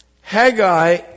Haggai